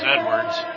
Edwards